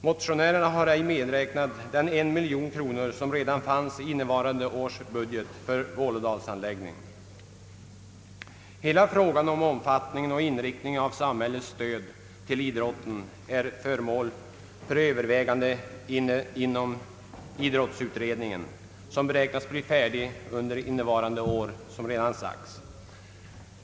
Motionärerna har inte medräknat den miljon som redan finns i innevarande års budget för Vålådalsanläggningen. Hela frågan om iniiktningen och omfattningen av samhällets stöd till idrotten är föremål för övervägande inom idrottsutredningen, som beräknas bli färdig under innevarande år såsom redan har sagts.